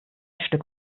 stück